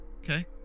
Okay